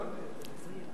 ככה הבנתי.